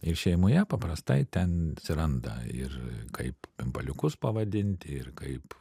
ir šeimoje paprastai ten atsiranda ir kaip pimpaliukus pavadinti ir kaip